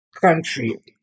country